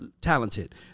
talented